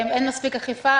אין מספיק אכיפה.